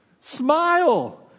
Smile